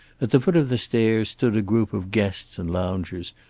at the foot of the stairs stood a group of guests and loungers,